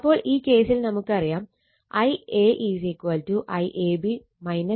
അപ്പോൾ ഈ കേസിൽ നമുക്കറിയാം Ia IAB ICA